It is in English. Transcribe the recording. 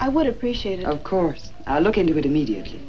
i would appreciate it of course i'll look into it immediately